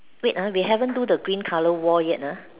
wait ah we haven't do the green colour wall yet uh